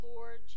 Lord